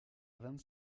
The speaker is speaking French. vingt